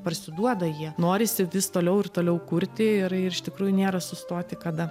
parsiduoda jie norisi vis toliau ir toliau kurti ir iš tikrųjų nėra sustoti kada